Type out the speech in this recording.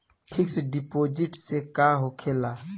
Fix deposit से का होखे ला?